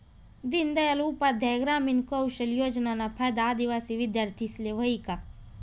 दीनदयाल उपाध्याय ग्रामीण कौशल योजनाना फायदा आदिवासी विद्यार्थीस्ले व्हयी का?